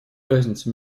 разница